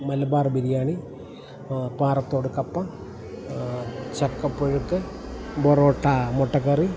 മലബാർ ബിരിയാണി പാറത്തോട് കപ്പ ചക്കപ്പുഴുക്ക് പൊറോട്ട മുട്ടക്കറി